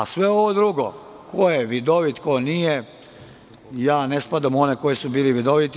Sve ovo drugo, ko je vidovit, ko nije, ne spadam u one koji su bili vidoviti.